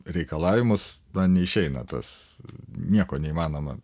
reikalavimus neišeina tas nieko neįmanoma